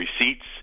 receipts